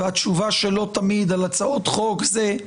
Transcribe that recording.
והתשובה שלו תמיד על הצעות חוק זה,